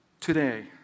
Today